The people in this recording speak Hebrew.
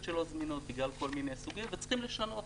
שלא זמינות בגלל כל מיני סיבות וצריכים לשנות.